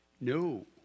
No